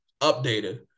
updated